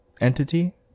entity